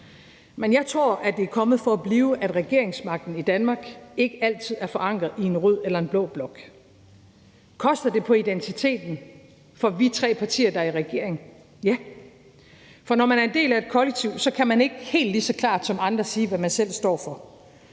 Men jeg tror, at det er kommet for at blive, at regeringsmagten i Danmark ikke altid er forankret i en rød blok eller en blå blok. Koster det på identiteten for os tre partier, der er i regering? Ja. For når man er en del af et kollektiv, kan man ikke helt lige så klart som andre sige, hvad man selv står for.